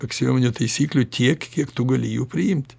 aksiominių taisyklių tiek kiek tu gali jų priimti